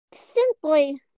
simply